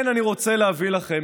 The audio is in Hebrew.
ולכן אני רוצה להביא לכם,